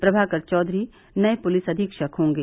प्रमाकर चौधरी नए पुलिस अधीक्षक होंगे